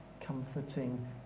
comforting